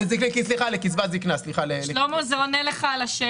זה עונה לך על השאלה.